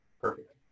Perfect